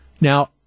now